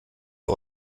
der